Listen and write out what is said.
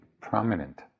prominent